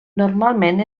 normalment